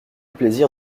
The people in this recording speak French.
plaisir